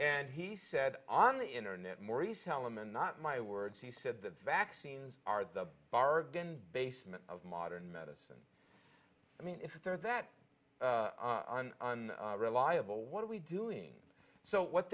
and he said on the internet maurice telamon not my words he said that vaccines are the bargain basement of modern medicine i mean if they're that i'm reliable what are we doing so what